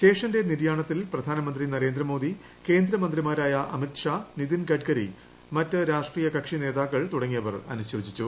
ശേഷന്റെ നിര്യാണത്തിൽ പ്രധാനമന്ത്രി നരേന്ദ്രമോദി കേന്ദ്രമന്ത്രിമാരായ അമിത് ഷാ നിതിൻ ഗഡ്ക്കരി മറ്റ് രാഷ്ട്രീയ കക്ഷി നേതാക്കൾ തുടങ്ങിയവർ അനുശോചിച്ചു